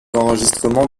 enregistrements